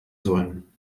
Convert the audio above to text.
sollen